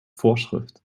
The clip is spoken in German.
vorschrift